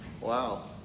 Wow